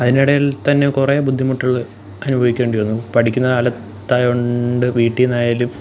അതിനിടയിൽത്തന്നെ കുറേ ബുദ്ധിമുട്ടുകള് അനുഭവിക്കേണ്ടിവന്നു പഠിക്കുന്ന കാലത്തായോണ്ട് വീട്ടില്നിന്നായാലും